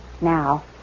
Now